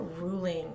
ruling